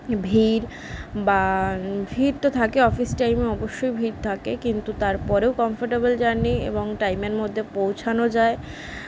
ভিড় বা ভিড় তো থাকে অফিস টাইমে অবশ্যই ভিড় থাকে কিন্তু তার পরেও কমফটেবল জার্নি এবং টাইমের মধ্যে পৌঁছানো যায়